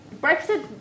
Brexit